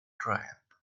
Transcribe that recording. trap